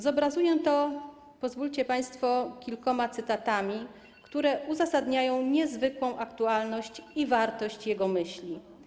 Zobrazuję to, pozwólcie państwo, kilkoma cytatami, które uzasadniają niezwykłą aktualność i wartość jego myśli.